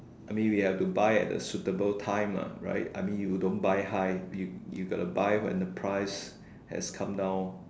I mean we have to buy at a suitable time lah right I mean you don't buy high you you gotta buy when the price has calm down